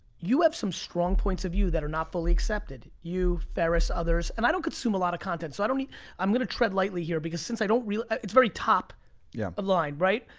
you have some strong points of view that are not fully accepted. you, ferris, others. and i don't consume a lot of content, so i don't, i'm gonna tread lightly here, because since i don't real, it's very top yeah line, right?